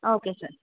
okay sir